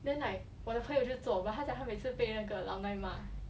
then like 我的朋友就做 but then 他讲他每次被那个 alumni 骂